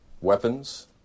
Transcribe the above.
weapons